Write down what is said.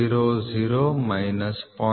000 minus 0